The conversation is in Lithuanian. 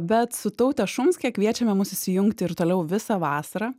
bet su taute šumske kviečiame mus įsijungti ir toliau visą vasarą